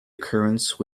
occurrence